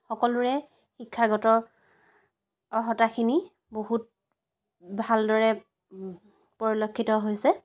সকলোৰে শিক্ষাগত অৰ্হতাখিনি বহুত ভালদৰে পৰিলক্ষিত হৈছে